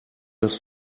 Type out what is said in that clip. das